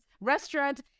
restaurants